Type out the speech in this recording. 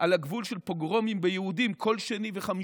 על הגבול של פוגרומים ביהודים כל שני וחמישי,